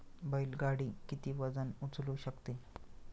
बैल गाडी किती वजन उचलू शकते?